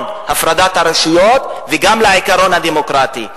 הפרדת הרשויות וגם לעיקרון הדמוקרטי.